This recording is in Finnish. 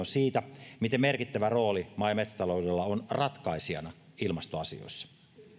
siitä miten merkittävä rooli maa ja metsätaloudella on ratkaisijana ilmastoasioissa